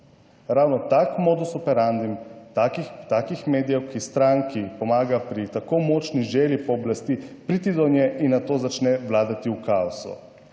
Ravno tak modus operandi takih medijev, ki stranki pomaga pri tako močni želji po oblasti priti do nje in nato začne vladati v kaosu,